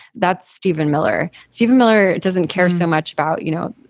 that's steven miller. steven miller doesn't care so much about, you know,